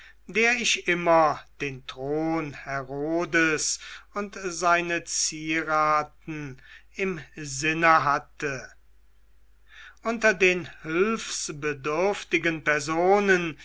der ich immer den thron herodes und seine zieraten im sinne hatte unter den hilfsbedürftigen personen